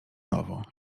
nowo